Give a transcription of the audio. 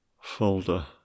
folder